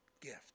gift